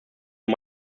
und